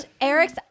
Eric's